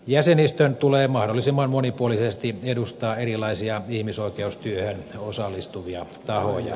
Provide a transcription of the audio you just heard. jäsenistön tulee mahdollisimman monipuolisesti edustaa erilaisia ihmisoikeustyöhön osallistuvia tahoja